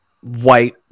white